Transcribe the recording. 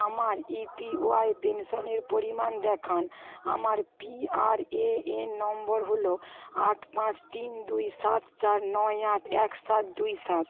আমার ইপিওয়াই পেনশানের পরিমাণ দেখান আমার পিআরএএন নম্বর হলো আট পাঁচ তিন দুই সাত চার নয় আট এক সাত দুই সাত